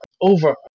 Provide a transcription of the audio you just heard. over